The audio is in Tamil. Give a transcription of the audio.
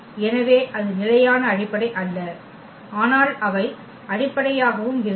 எனவே அது நிலையான அடிப்படை அல்ல ஆனால் அவை அடிப்படையாகவும் இருந்தன